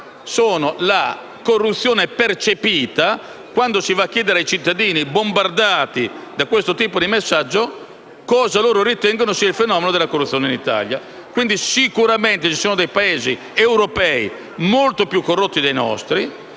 la corruzione percepita quando si va a chiedere ai cittadini bombardati da questo tipo di messaggio cosa loro ritengono sia il fenomeno della corruzione in Italia. Quindi, ci sono sicuramente dei Paesi europei molto più corrotti del nostro